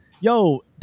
yo